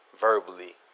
verbally